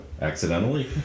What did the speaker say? Accidentally